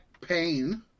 pain